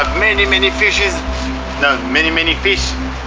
um many many fishes no many many fish and